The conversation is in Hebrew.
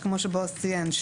כמו שבעז ציין,